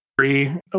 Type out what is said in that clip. three